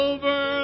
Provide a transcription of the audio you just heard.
Over